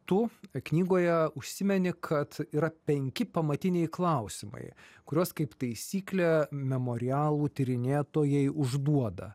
tu knygoje užsimeni kad yra penki pamatiniai klausimai kuriuos kaip taisyklė memorialų tyrinėtojai užduoda